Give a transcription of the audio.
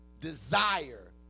desire